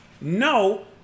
No